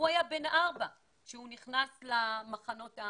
הוא היה בן 4 כשנכנס למחנות ההמתנה,